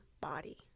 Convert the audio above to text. body